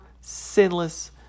sinless